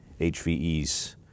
HVEs